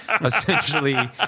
essentially